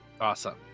Awesome